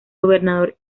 gobernador